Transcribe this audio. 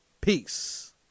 Peace